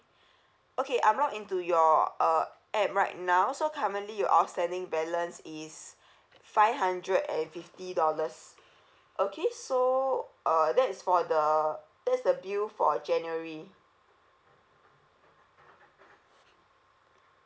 okay I'm logged into your uh app right now so currently your outstanding balance is five hundred and fifty dollars okay so uh that is for the that's the bill for january